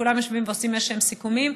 וכולם יושבים ועושים איזשהם סיכומים.